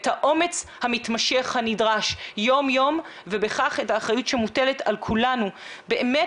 את האומץ המתמשך הנדרש יום-יום ובכך את האחריות שמוטלת על כולנו באמת